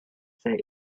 say